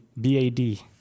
B-A-D